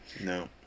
No